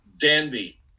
danby